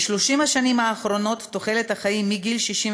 ב-30 השנים האחרונות תוחלת החיים מגיל 65